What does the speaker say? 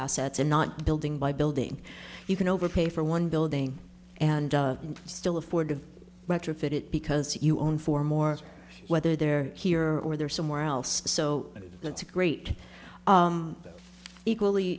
assets and not building by building you can overpay for one building and still afford to retrofit it because you own four more whether they're here or there somewhere else so that's a great equally